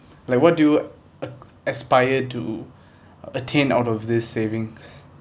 like what do you a~ aspire to attain out of this savings